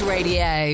Radio